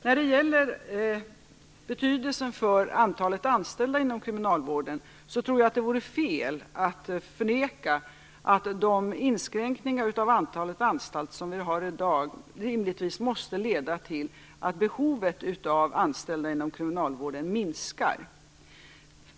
När det gäller betydelsen för antalet anställda inom kriminalvården tror jag att det vore fel att förneka att de inskränkningar av antalet anstalter som finns i dag rimligtvis måste leda till att behovet av anställda inom kriminalvården minskar.